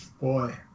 boy